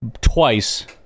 twice